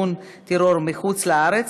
(תגמולים לנפגעי פעולות איבה שהתרחשו מחוץ לישראל),